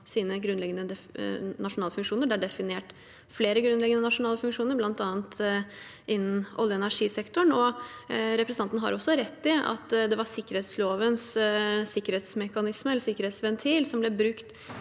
sine grunnleggende nasjonale funksjoner. Det er definert flere grunnleggende nasjonale funksjoner, bl.a. innen olje- og energisektoren. Representanten har også rett i at det var sikkerhetslovens sikkerhetsmekanismer, eller sikkerhetsventil, som ble brukt